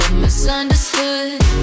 misunderstood